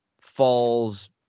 falls